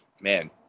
man